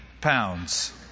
pounds